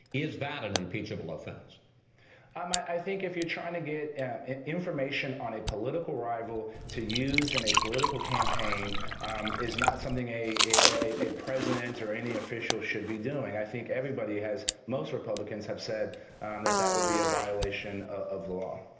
is that an impeachable offense um i i think if you're trying to get information on a political rival to use in a political campaign um is not something a a president or any official should be doing. i think everybody has. most republicans have said and that that would be a violation of the law.